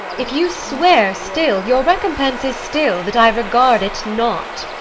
if you swear still, your recompense is still that i regard it not.